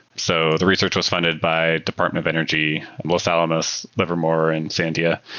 so the research was funded by department of energy, los alamos, livermore and sandia,